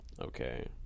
Okay